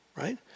right